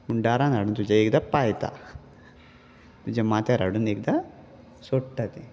पूण डारान हाडून तुजे एकदां पायता तुज्या माथ्यार हाडून एकदां सोडटा तें